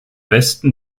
besten